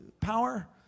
power